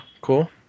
Cool